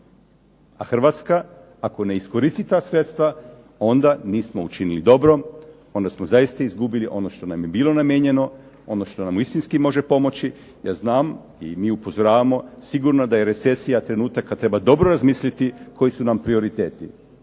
a Hrvatska ako ne iskoristi ta sredstva onda nismo učinili dobro, onda smo zaista izgubili ono što nam je bilo namijenjeno, ono što nam istinski može pomoći. Ja znam i mi upozoravamo, sigurno da je recesija trenutak kad treba dobro razmisliti koji su nam prioriteti.